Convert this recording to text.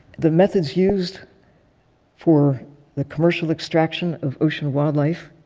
the methods used for the commercial extraction of ocean wildlife